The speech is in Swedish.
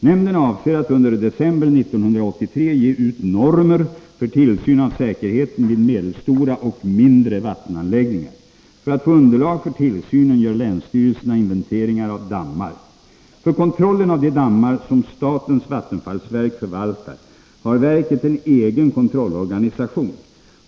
Nämnden avser att under december 1983 ge ut normer för tillsyn av säkerheten vid medelstora och mindre vattenanläggningar. För att få underlag för tillsynen gör länsstyrelserna inventeringar av dammar. För kontrollen av de dammar som statens vattenfallsverk förvaltar har verket en egen kontrollorganisation.